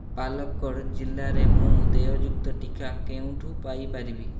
ପାଲକ୍କଡ଼୍ ଜିଲ୍ଲାରେ ମୁଁ ଦେୟଯୁକ୍ତ ଟିକା କେଉଁଠୁ ପାଇ ପାରିବି